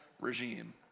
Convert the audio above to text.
regime